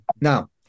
Now